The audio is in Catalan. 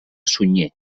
sunyer